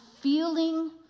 feeling